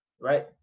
right